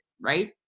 right